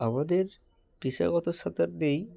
আমাদের পেশাগত সাঁতার নেই